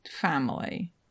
family